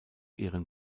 ihren